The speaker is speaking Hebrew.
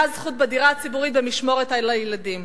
הזכות בדירה הציבורית במשמורת על הילדים.